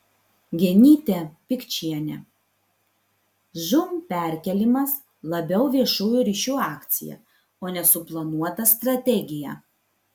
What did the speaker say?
genytė pikčienė žūm perkėlimas labiau viešųjų ryšių akcija o ne suplanuota strategija